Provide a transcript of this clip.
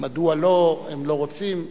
מדוע לא, הם לא רוצים?